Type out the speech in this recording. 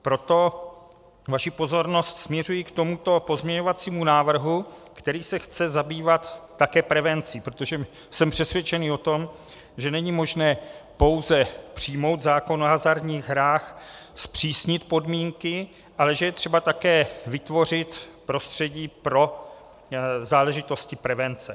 Proto vaši pozornost směřuji k tomuto pozměňovacímu návrhu, který se chce zabývat také prevencí, protože jsem přesvědčen o tom, že není možné pouze přijmout zákon o hazardních hrách, zpřísnit podmínky, ale že je třeba také vytvořit prostředí pro záležitosti prevence.